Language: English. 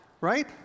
right